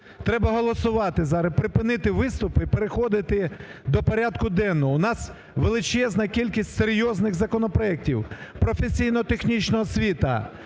Треба голосувати зараз, припинити виступи і переходити до порядку денного. У нас величезна кількість серйозних законопроектів. Професійно технічна освіта,